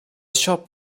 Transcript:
shop